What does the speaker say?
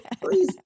please